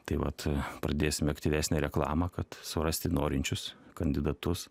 tai vat pradėsime aktyvesnę reklamą kad surasti norinčius kandidatus